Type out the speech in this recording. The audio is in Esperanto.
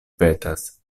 petas